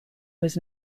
was